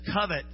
covet